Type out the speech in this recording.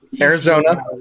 Arizona